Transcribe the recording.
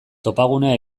topagunea